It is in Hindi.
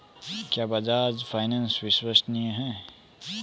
क्या बजाज फाइनेंस विश्वसनीय है?